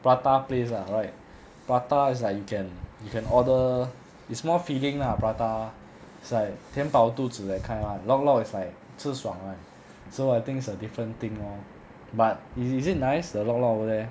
prata place lah right prata is like you can you can order is more filling lah prata is like 填饱肚子 that kind ah lok lok is like 吃爽 [one] so I think it's a different thing but is it nice the lok lok over there